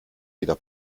wieder